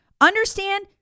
Understand